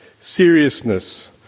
seriousness